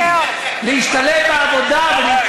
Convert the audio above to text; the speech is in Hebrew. תגיד, אל תתערב בזה, אראל.